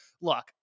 Look